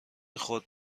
خود